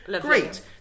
great